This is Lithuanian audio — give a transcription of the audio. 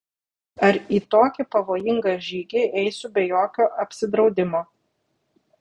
ar į tokį pavojingą žygį eisiu be jokio apsidraudimo